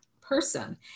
person